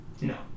No